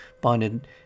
bonded